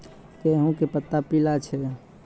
गेहूँ के पत्ता पीला छै?